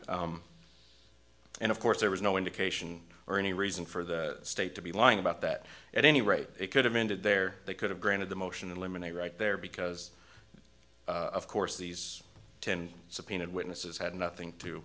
case and of course there was no indication or any reason for the state to be lying about that at any rate it could have ended there they could have granted the motion in limine a right there because of course these ten subpoenaed witnesses had nothing to